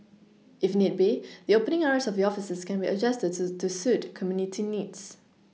if need be the opening hours of the offices can be adjusted to suit community needs